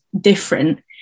different